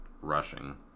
rushing